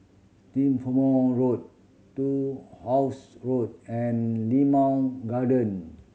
Strathmore Road Turnhouse Road and Limau Garden